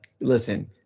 Listen